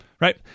right